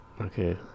Okay